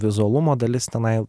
vizualumo dalis tenai